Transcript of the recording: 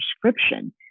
prescription